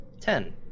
Ten